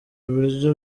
ibiryo